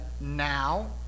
now